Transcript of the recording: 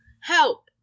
help